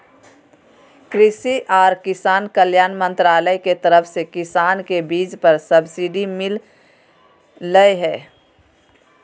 कृषि आर किसान कल्याण मंत्रालय के तरफ से किसान के बीज पर सब्सिडी मिल लय हें